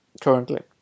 currently